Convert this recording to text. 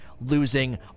losing